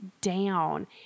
down